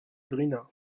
drina